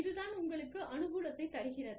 இது தான் உங்களுக்கு அனுகூலத்தைத் தருகிறது